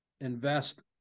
invest